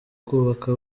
kubaka